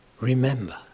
Remember